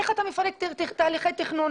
איך אתה מפרק תהליכי תכנון?